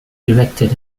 directed